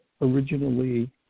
originally